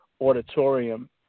auditorium